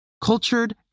Cultured